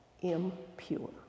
impure